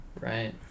right